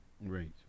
Right